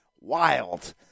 wild